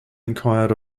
enquired